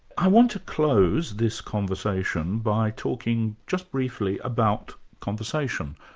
i want to close this conversation by talking just briefly about conversation.